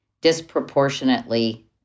disproportionately